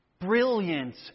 brilliant